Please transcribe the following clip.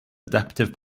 adaptive